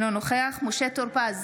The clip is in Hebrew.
אינו נוכח משה טור פז,